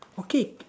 okay